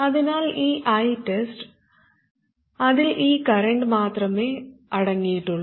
അതിനാൽ ഈ ITEST അതിൽ ഈ കറന്റ് മാത്രമേ അടങ്ങിയിട്ടുള്ളൂ